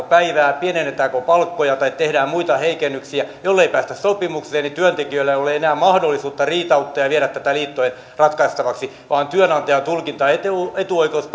päivää pienennetäänkö palkkoja tai tehdään muita heikennyksiä ja jollei päästä sopimukseen niin työntekijöillä ei ole enää mahdollisuutta riitauttaa ja viedä tätä liittojen ratkaistavaksi vaan työnantajan tulkintaetuoikeus